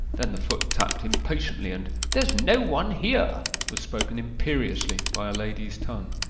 then the foot tapped impatiently, and there's no one here was spoken imperiously by a lady's tongue.